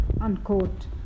unquote